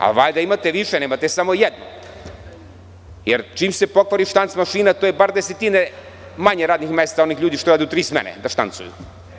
Pa valjda imate više, nemate samo jednu, jer čim se pokvari štanc mašina to je bar desetine manje radnih mesta onih ljudi koji rade u tri smene da štancuju.